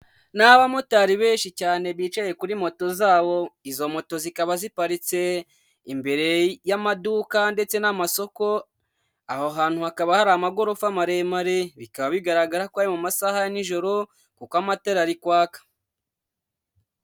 Ni abamotari benshi cyane bicaye kuri moto zabo, izo moto zikaba ziparitse imbere y'amaduka ndetse n'amasoko, aho hantu hakaba hari amagorofa maremare. Bikaba bigaragara ko ari mu masaha ya nijoro kuko amatara ari kwaka.